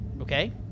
okay